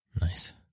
Nice